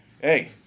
hey